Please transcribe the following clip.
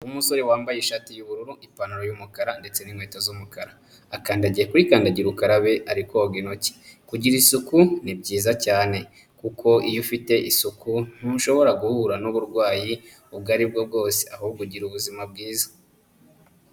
Umusore wambaye ishati y'ubururu, ipantaro y'umukara, ndetse n'inkweto z'umukara, akandagiye kuri kandagira ukarabe ari koga intoki, kugira isuku ni byiza cyane kuko iyo ufite isuku ntushobora guhura n'uburwayi ubwo ari bwo bwose, ahubwo ugira ubuzima bwiza.